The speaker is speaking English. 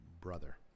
brother